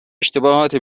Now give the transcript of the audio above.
اشتباهات